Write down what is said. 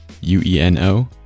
U-E-N-O